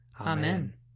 Amen